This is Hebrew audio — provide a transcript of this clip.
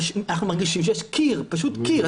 אנחנו מרגישים שיש קיר, פשוט קיר.